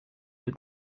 wird